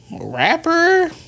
rapper